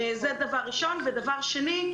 דבר שני.